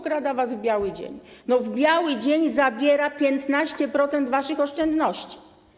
Okrada was w biały dzień, w biały dzień zabiera 15% waszych oszczędności.